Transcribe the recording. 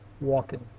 walking